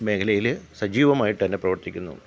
മേഖലയിൽ സജീവമായിട്ട് തന്നെ പ്രവര്ത്തിക്കുന്നു